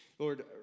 Lord